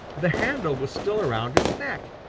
the handle was still around his neck,